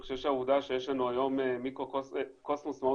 אני חושב שהעובדה שיש לנו היום מיקרוקוסמוס מאוד